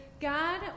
God